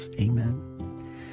Amen